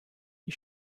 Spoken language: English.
you